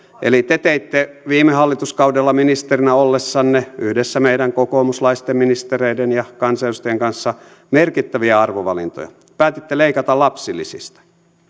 eli te teitte viime hallituskaudella ministerinä ollessanne yhdessä meidän kokoomuslaisten ministereiden ja kansanedustajien kanssa merkittäviä arvovalintoja päätitte leikata lapsilisistä